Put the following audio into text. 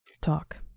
talk